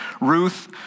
Ruth